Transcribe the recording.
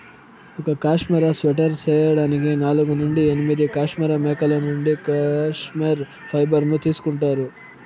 ఒక cashmere sweater చేయడానికి నాలుగు నుండి ఎనిమిది కష్మెరె మేకల నుండి కష్మెరె ఫైబర్ ను తీసుకుంటారు